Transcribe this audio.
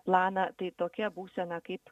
planą tai tokia būsena kaip